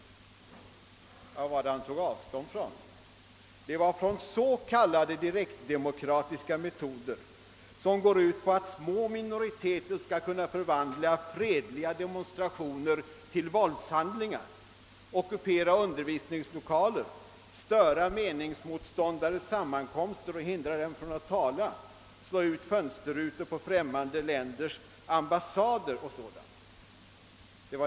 Vad herr Wedén i själva verket tog avstånd från var dock s.k. direktdemokratiska metoder, som går ut på att små minoriteter skall kunna förvandla fredliga demonstrationer till våldshandlingar, ockupera undervisningslokaler, störa meningsmotståndares sammankomster och hindra dem från att tala, slå sönder fönsterrutor på främmande länders ambassader och sådant.